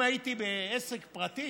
אם הייתי בעסק פרטי